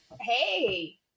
Hey